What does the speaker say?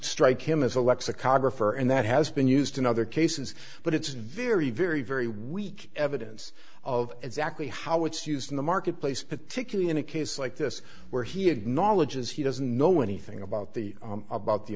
strike him as a lexicographer and that has been used in other cases but it's very very very weak evidence of exactly how it's used in the marketplace particularly in a case like this where he acknowledges he doesn't know anything about the about the